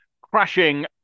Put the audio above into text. crashing